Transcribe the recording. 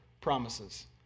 promises